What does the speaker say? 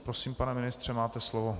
Prosím, pane ministře, máte slovo.